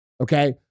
okay